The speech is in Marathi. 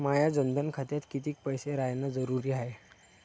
माया जनधन खात्यात कितीक पैसे रायन जरुरी हाय?